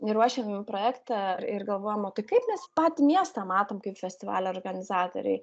ir ruošėm jau projektą ir galvojom o tai kaip nes patį miestą matom kaip festivalio organizatoriai